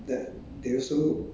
it's okay also